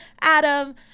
Adam